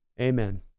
Amen